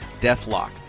Deathlock